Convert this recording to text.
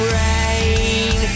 rain